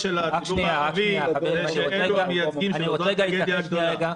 של החברה הערבית --- הטרגדיה הגדולה